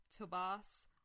Tobas